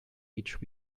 each